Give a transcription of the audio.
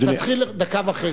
תתחיל, דקה וחצי.